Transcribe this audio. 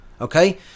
okay